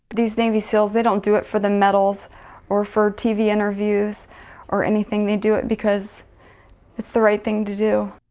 these navy seals, they don't do it for the medals or for tv interviews or anything. they do it because it's the right thing to do.